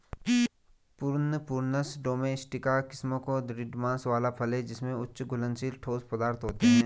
prune, Prunus domestica किस्मों का दृढ़ मांस वाला फल है जिसमें उच्च घुलनशील ठोस पदार्थ होते हैं